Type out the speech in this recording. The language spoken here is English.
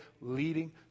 leading